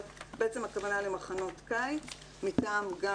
אבל הכוונה למחנות קיץ מטעם גם